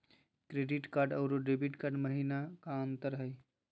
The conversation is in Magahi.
क्रेडिट कार्ड अरू डेबिट कार्ड महिना का अंतर हई?